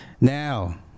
now